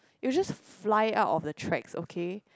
it will just fly out of the tracks okay